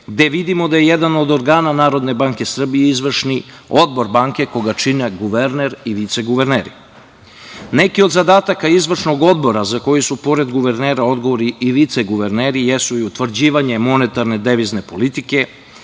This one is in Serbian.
gde vidimo da je jedan od organa NBS Izvršni odbor banke, koga čine guverner i viceguverneri. Neki od zadataka izvršnog odbora, za koji su pored guvernere odgovorni i viceguverneri, jesu i utvrđivanje monetarne devizne politike,